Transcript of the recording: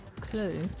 clue